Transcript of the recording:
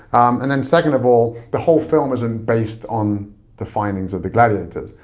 and then second of all, the whole film wasn't based on the findings of the gladiators.